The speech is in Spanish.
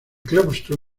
claustro